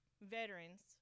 veterans